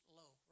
low